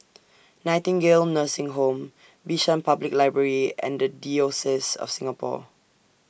Nightingale Nursing Home Bishan Public Library and The Diocese of Singapore